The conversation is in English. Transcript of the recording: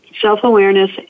Self-Awareness